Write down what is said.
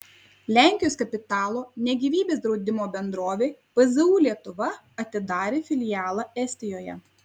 lenkijos kapitalo ne gyvybės draudimo bendrovė pzu lietuva atidarė filialą estijoje